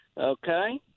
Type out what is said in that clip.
okay